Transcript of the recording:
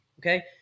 Okay